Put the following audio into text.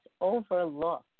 overlook